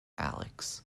alex